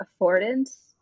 affordance